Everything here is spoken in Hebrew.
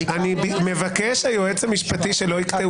מבקש היועץ המשפטי שלא יקטעו אותו.